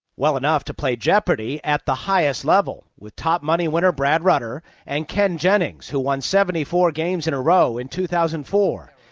well enough to play jeopardy at the highest level with top money winner brad rutter and ken jennings, who won seventy four games in a row in two thousand and four.